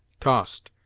tossed,